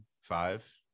Five